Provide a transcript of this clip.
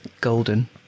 golden